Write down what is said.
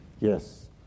Yes